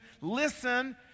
listen